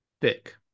thick